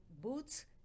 boots